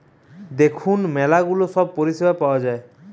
দেখুন ম্যালা গুলা সব পরিষেবা পাওয়া যায়